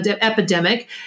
epidemic